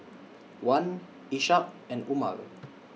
Wan Ishak and Umar